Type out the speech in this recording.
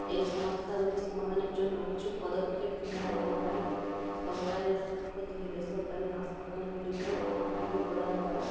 এই সমস্যাগুলি সমাধানের জন্য কিছু পদক্ষেপ নেওয়া যেতে পারে সরকারের পক্ষ থেকে বেসরকারি হাসপাতালগুলিকে ভর্তুকি প্রদান করা